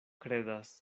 kredas